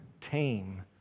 tame